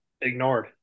ignored